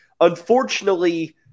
unfortunately